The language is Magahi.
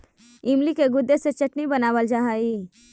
इमली के गुदे से चटनी बनावाल जा हई